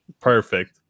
perfect